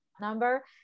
number